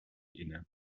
inne